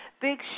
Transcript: Big